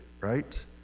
right